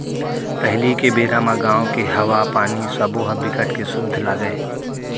पहिली के बेरा म गाँव के हवा, पानी सबो ह बिकट के सुद्ध लागय